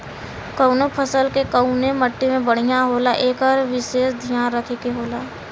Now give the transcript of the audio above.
कउनो फसल के कउने मट्टी में बढ़िया होला एकर विसेस धियान रखे के होला